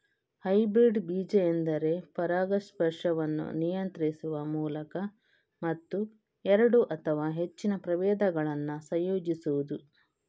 hybrid ಬೀಜ ಎಂದರೆ ಪರಾಗಸ್ಪರ್ಶವನ್ನು ನಿಯಂತ್ರಿಸುವ ಮೂಲಕ ಮತ್ತು ಎರಡು ಅಥವಾ ಹೆಚ್ಚಿನ ಪ್ರಭೇದಗಳನ್ನ ಸಂಯೋಜಿಸುದು